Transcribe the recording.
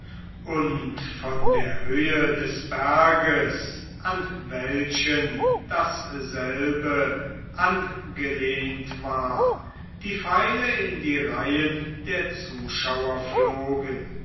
und von der höhe des berges an welchen dasselbe angelehnt war die pfeile in die reihen der zuschauer flogen